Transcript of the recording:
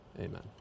amen